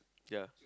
jar